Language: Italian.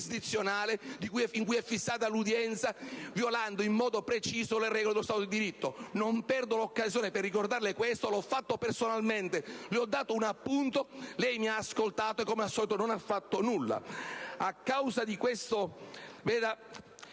giurisdizionale in cui è fissata l'udienza violando in modo preciso le regole dello Stato di diritto. Non perdo certo l'occasione odierna per ricordarle questo, come ho già fatto personalmente dandole un appunto; lei mi ha ascoltato ma, come al solito, non ha fatto nulla.